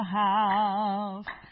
house